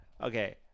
Okay